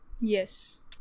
Yes